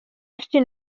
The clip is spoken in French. acheter